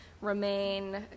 remain